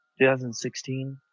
2016